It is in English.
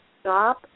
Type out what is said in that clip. stop